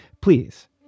please